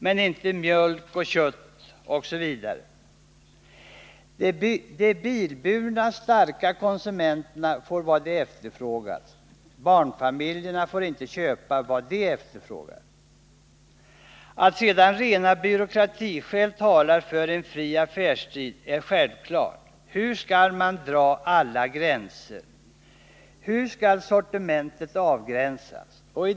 men inte mjölk, bröd och kött. De bilburna starka konsumenterna får vad de efterfrågar. Barnfamiljerna får inte köpa vad de efterfrågar. Att sedan rena byråkratiskäl talar för en fri affärstid är självklart. Hur skall man dra alla gränser? Hur skall sortimentet avgränsas?